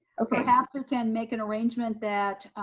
perhaps we can make an arrangement that,